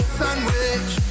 sandwich